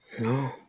no